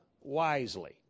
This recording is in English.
wisely